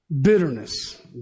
Bitterness